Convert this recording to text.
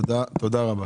תודה רבה.